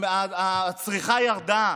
הצריכה ירדה,